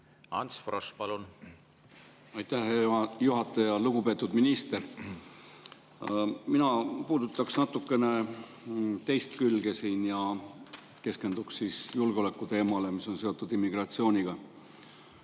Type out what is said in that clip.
Aitäh, hea juhataja! Lugupeetud minister! Mina puudutan natukene teist külge ja keskendun julgeoleku teemale, mis on seotud immigratsiooniga.